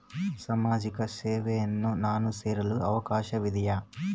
ಸಾಮಾಜಿಕ ಯೋಜನೆಯನ್ನು ನಾನು ಸೇರಲು ಅವಕಾಶವಿದೆಯಾ?